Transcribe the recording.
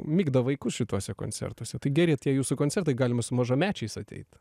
migdo vaikus šituose koncertuose tai geri tie jūsų koncertai galima su mažamečiais ateit